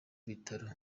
bitaro